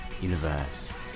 universe